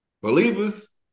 Believers